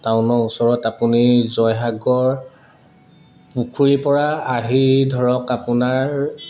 টাউনৰ ওচৰত আপুনি জয়সাগৰ পুখুৰীৰ পৰা আহি ধৰক আপোনাৰ